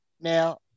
now